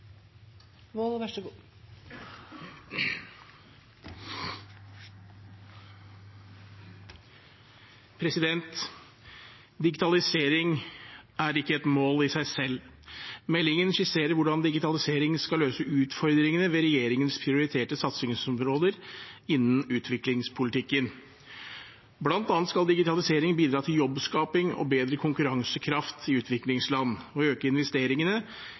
Digitalisering er ikke et mål i seg selv. Meldingen skisserer hvordan digitalisering skal løse utfordringene ved regjeringens prioriterte satsingsområder innen utviklingspolitikken. Blant annet skal digitalisering bidra til jobbskaping og bedre konkurransekraft i utviklingsland, og øke investeringene